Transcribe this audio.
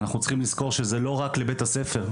אנחנו צריכים לזכור שזה לא רק לבית הספר,